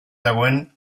dagoen